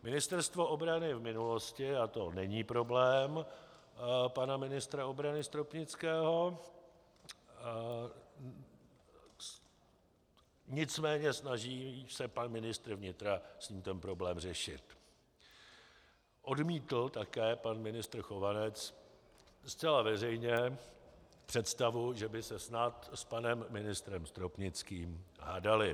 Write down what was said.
Ministerstvo obrany v minulosti a to není problém pana ministra obrany Stropnického, nicméně snaží se pan ministr vnitra s ním ten problém řešit, odmítl také pan ministr Chovanec zcela veřejně představu, že by se snad s panem ministrem Stropnickým hádali.